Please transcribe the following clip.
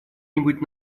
нибудь